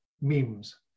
memes